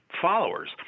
followers